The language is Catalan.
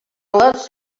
les